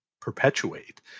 perpetuate